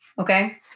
okay